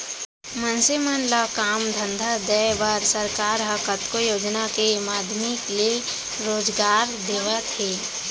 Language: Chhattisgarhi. मनसे मन ल काम धंधा देय बर सरकार ह कतको योजना के माधियम ले रोजगार देवत हे